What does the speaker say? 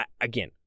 again